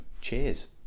Cheers